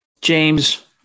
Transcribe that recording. James